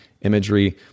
imagery